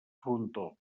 frontó